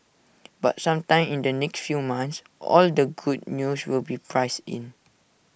but sometime in the next few months all the good news will be priced in